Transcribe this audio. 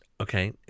Okay